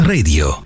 Radio